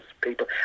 people